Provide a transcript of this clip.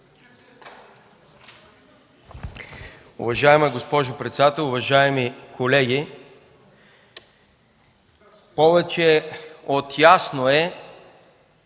Уважаема госпожо председател, уважаеми колеги! Повече от ясно е,